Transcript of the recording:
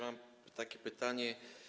Mam takie pytanie.